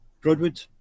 Broadwood